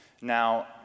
Now